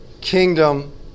kingdom